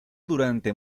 durante